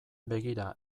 begira